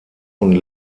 und